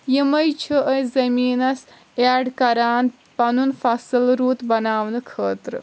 یِمٔے چھِ أس زٔمیٖنس اٮ۪ڈ کران پنُن فصٕل رُت بناونہٕ خٲطرٕ